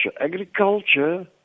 Agriculture